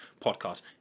podcast